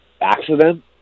accident